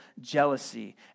jealousy